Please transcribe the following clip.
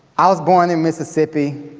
i was born in mississippi,